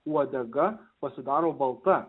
uodega pasidaro balta